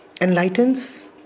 enlightens